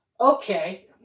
okay